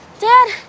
Dad